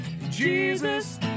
Jesus